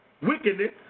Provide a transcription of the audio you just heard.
wickedness